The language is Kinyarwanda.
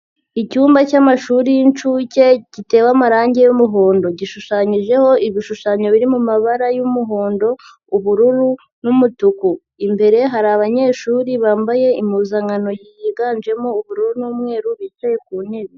Icyumba cy'amashuri y'inshuke gitewe amarange y'umuhondo. Gishushanyijeho ibishushanyo biri mu mabara y'umuhondo, ubururu n'umutuku. Imbere hari abanyeshuri bambaye impuzankano yiganjemo ubururu n'umweru bicaye ku ntebe.